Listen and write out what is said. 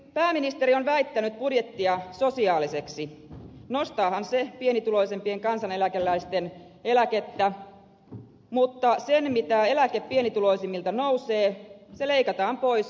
pääministeri on väittänyt budjettia sosiaaliseksi nostaahan se pienituloisimpien kansaneläkeläisten eläkettä mutta se mitä eläke pienituloisimmilla nousee leikataan pois asumistuesta